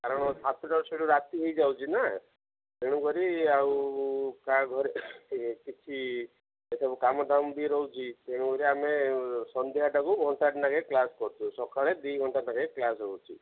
କାରଣ ସାତଟାରୁ ସେଇଠୁ ରାତି ହେଇଯାଉଛି ନା ତେଣୁକରି ଆଉ କାହା ଘରେ କିଛି ଏସବୁ କାମ ଦାମ ବି ରହୁଛି ତେଣୁକରି ଆମେ ସନ୍ଧ୍ୟାଟାକୁ ଘଣ୍ଟାଟା ଲେଖାଏଁ କ୍ଲାସ୍ କରୁଛୁ ସକାଳେ ଦୁଇ ଘଣ୍ଟା ଲେଖାଏଁ କ୍ଲାସ୍ ହେଉଛି